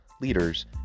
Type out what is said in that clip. leaders